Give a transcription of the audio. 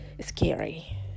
scary